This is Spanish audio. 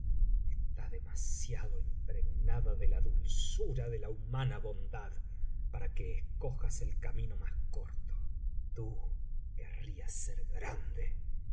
está demasiado impregnada de la dulzura de la humana bondad para que escojas el camino más corto tú querrías ser grande